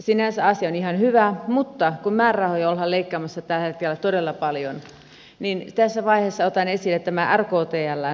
sinänsä asia on ihan hyvä mutta kun määrärahoja ollaan leikkaamassa tällä hetkellä todella paljon niin tässä vaiheessa otan esille tämän rktln kokonaisuuden